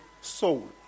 soul